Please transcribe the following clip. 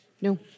No